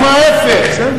ההיפך,